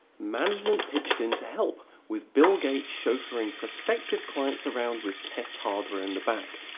management pitched in to help, with bill gates chauffeuring prospective clients around with test hardware in the back.